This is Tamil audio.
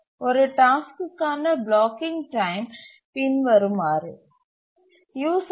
ஒரு டாஸ்க்குக்கான பிளாக்கிங் டைம் பின்வருமாறு